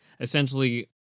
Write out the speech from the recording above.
essentially